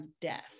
death